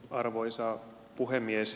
arvoisa puhemies